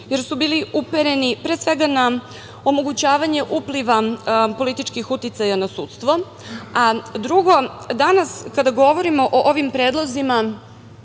jer su bili upereni, pre svega na omogućavanje upliva političkih uticaja na sudstvo. Drugo, danas kada govorimo o ovim predlozima